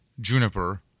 Juniper